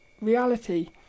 reality